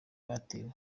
rwatewe